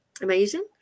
amazing